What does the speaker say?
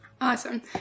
Awesome